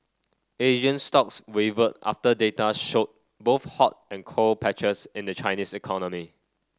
Asian stocks wavered after data showed both hot and cold patches in the Chinese economy